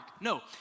No